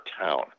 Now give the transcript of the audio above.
town